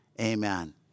Amen